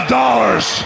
dollars